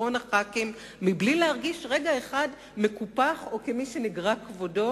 כאחרון חברי הכנסת בלי להרגיש רגע אחד מקופח או כמי שנגרע כבודו.